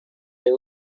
they